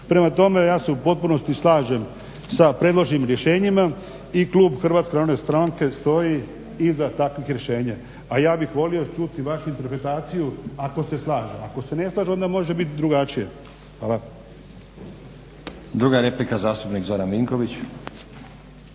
Prema tome ja se u potpunosti slažem sa predloženim rješenjima i Klub HNS stoji iza takvih rješenja. A ja bih volio čuti i vašu interpretaciju ako se slažem, ako se ne slažem onda može biti drugačije. Hvala. **Stazić, Nenad (SDP)** Druga replika, zastupnik Zoran Vinković.